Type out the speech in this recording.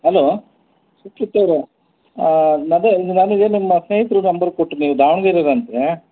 hello ಸುಚಿತವರೇ ಅದೇ ನನಗೆ ನಿಮ್ಮ ಸ್ನೇಹಿತರು ನಂಬರ್ ಕೊಟ್ಟರು ನೀವು ದಾವಾಣ್ಗೆರೆಯವ್ರ್ ಅಂತೆ